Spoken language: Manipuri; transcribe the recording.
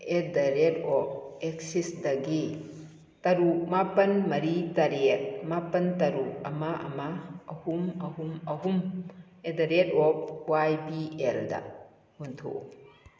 ꯑꯦꯠ ꯗ ꯔꯦꯠ ꯑꯣꯐ ꯑꯦꯛꯁꯤꯁꯇꯒꯤ ꯇꯔꯨꯛ ꯃꯥꯄꯜ ꯃꯔꯤ ꯇꯔꯦꯠ ꯃꯥꯄꯜ ꯇꯔꯨꯛ ꯑꯃ ꯑꯃ ꯑꯍꯨꯝ ꯑꯍꯨꯝ ꯑꯍꯨꯝ at the rate of Y B ꯑꯦꯜꯗ ꯑꯣꯟꯊꯣꯛꯎ